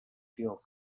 fuel